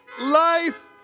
Life